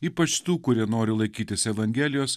ypač tų kurie nori laikytis evangelijos